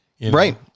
Right